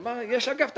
אמר: יש אגף תקציבים.